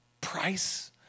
price